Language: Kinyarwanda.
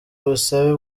ubusabe